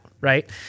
right